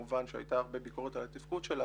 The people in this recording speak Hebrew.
והייתה הרבה ביקורת על התפקוד שלה